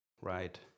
Right